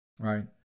Right